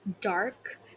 dark